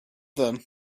then